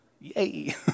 Yay